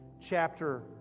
chapter